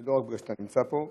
זה לא רק בגלל שאתה נמצא פה,